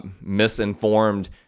misinformed